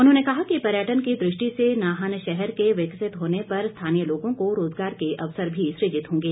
उन्होंने कहा कि पर्यटन की दृष्टि से नाहन शहर के विकसित होने पर स्थानीय लोगों को रोजगार के अवसर भी सृजित होंगे